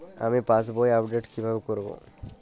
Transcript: আমি পাসবই আপডেট কিভাবে করাব?